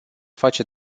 face